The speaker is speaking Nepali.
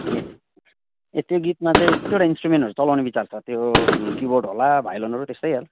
ए ए त्यो गीतमा चाहिँ कतिवटा इन्स्ट्रुमेन्टहरू चलाउने विचार छ त्यो किबोर्ड होला भायोलिनहरू त्यस्तै होला